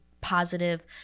positive